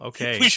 Okay